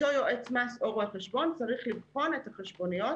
אותו יועץ מס או רואה חשבון צריך לבחון את החשבוניות